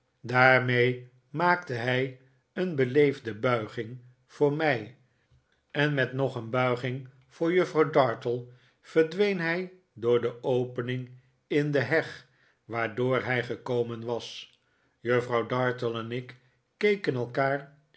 daarmee maakte hij een beleefde buiging voor mij en met nog een buiging voor juffrouw dartle verdween hij door de opening in de heg waardoor hij gekomen was juffrouw dartle en ik keken elkaar